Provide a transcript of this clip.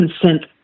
consent